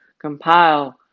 compile